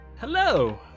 Hello